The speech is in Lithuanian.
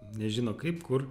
nežino kaip kur